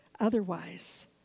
Otherwise